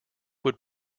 would